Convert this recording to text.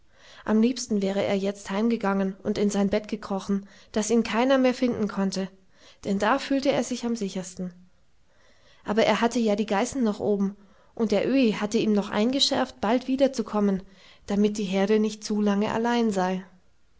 am liebsten wäre er jetzt heimgegangen und in sein bett gekrochen daß ihn keiner mehr finden konnte denn da fühlte er sich am sichersten aber er hatte ja die geißen noch oben und der öhi hatte ihm noch eingeschärft bald wiederzukommen damit die herde nicht zu lange allein sei